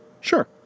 Sure